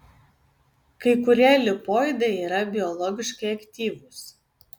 kai kurie lipoidai yra biologiškai aktyvūs